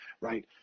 right